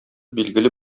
билгеле